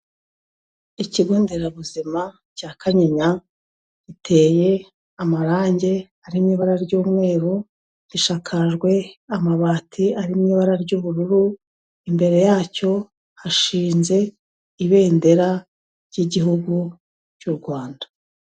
Ikigo nderabuzima cya Kanyinya, giteye amarangi ari mu ibara ry'umweru, gishakajwe amabati ari mu ibara ry'ubururu, imbere yacyo hashinze Ibendera ry'Igihugu cy'u Rwanda.